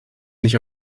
nicht